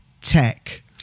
tech